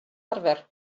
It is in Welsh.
arfer